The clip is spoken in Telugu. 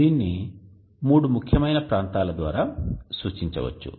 దీనిని మూడు ముఖ్యమైన ప్రాంతాల ద్వారా సూచించవచ్చు